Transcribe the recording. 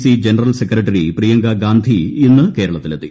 C general secretary Priyanka Gandhi ഇന്ന് കേരളത്തിലെത്തി